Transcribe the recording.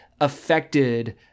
affected